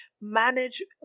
manage